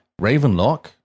Ravenlock